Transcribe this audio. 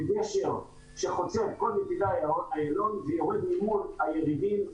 בגשר שחוצה את כל נתיבי איילון ויורד ממול הירידים.